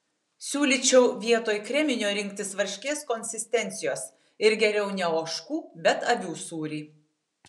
siūlyčiau vietoj kreminio rinktis varškės konsistencijos ir geriau ne ožkų bet avių sūrį